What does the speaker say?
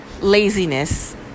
laziness